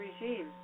regime